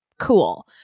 cool